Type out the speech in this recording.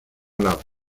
نبود